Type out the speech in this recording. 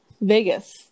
Vegas